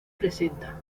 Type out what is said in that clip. presenta